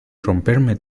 romperme